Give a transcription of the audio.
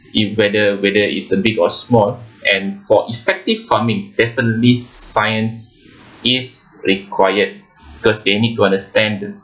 it whether whether is a big or small and for effective farming definitely science is required because they need to understand